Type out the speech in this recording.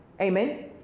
Amen